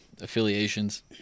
affiliations